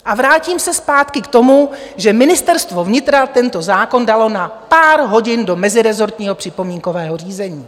A vrátím se zpátky k tomu, že Ministerstvo vnitra tento zákon dalo na pár hodin do mezirezortního připomínkového řízení.